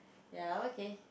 ya okay